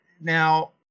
now